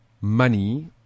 money